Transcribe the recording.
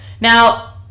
Now